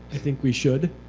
think we should,